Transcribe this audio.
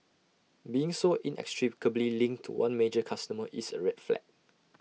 being so inextricably linked to one major customer is A red flag